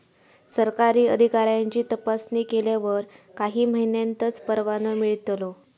सरकारी अधिकाऱ्यांची तपासणी केल्यावर काही महिन्यांतच परवानो मिळतलो